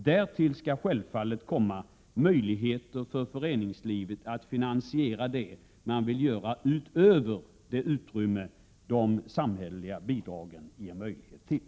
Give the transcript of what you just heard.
Därtill skall självfallet komma möjligheter för föreningslivet att finansiera det som man vill göra, utöver det utrymme som de samhälleliga bidragen ger möjlighet till.